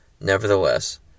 Nevertheless